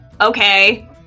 Okay